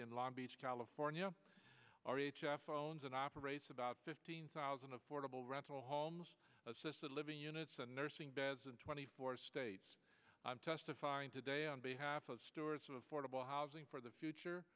in long beach california r h s phones and operates about fifteen thousand affordable rental homes assisted living units and nursing beds in twenty four states i'm testifying today on behalf of stores in affordable housing for the future